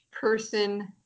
person